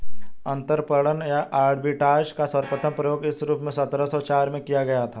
अंतरपणन या आर्बिट्राज का सर्वप्रथम प्रयोग इस रूप में सत्रह सौ चार में किया गया था